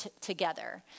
together